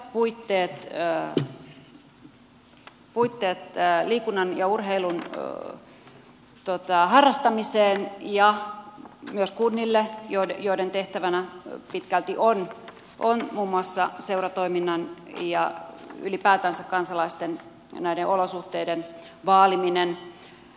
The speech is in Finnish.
tämä luo hyvät puitteet liikunnan ja urheilun harrastamiseen ja myös kunnille joiden tehtävänä pitkälti on muun muassa seuratoiminnan ja ylipäätänsä kansalaisten näiden olosuhteiden vaaliminen